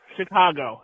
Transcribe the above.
Chicago